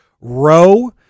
row